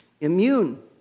immune